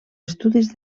estudis